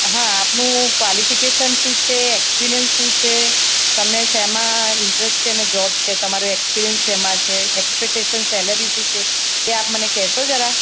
હા આપનું ક્વોલિફિકેશન શું છે એક્સપિરિયન્સ શું છે તમને શેમાં ઇન્ટરેસ્ટ છે અને જૉબ છે તમારે એક્સપિરિયન્સ શેમાં છે એક્પેક્ટેશન સેલેરી શું છે એ આપ મને કહેશો જરા